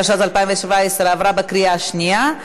התשע"ז 2017 עברה בקריאה השנייה.